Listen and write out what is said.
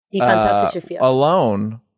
alone